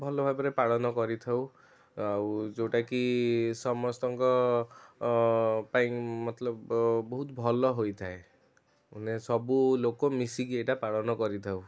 ଭଲ ଭାବରେ ପାଳନ କରିଥାଉ ଆଉ ଯେଉଁଟା କି ସମସ୍ତଙ୍କ ପାଇଁ ମତଲବ ବହୁତ ଭଲ ହୋଇଥାଏ ମାନେ ସବୁ ଲୋକ ମିଶି ଏଇଟା ପାଳନ କରିଥାଉ